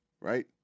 right